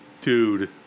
Dude